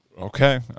Okay